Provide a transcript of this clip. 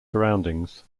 surroundings